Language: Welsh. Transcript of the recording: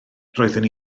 roeddwn